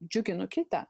džiuginu kitą